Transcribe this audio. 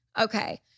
Okay